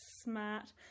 smart